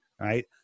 right